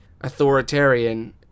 authoritarian